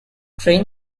train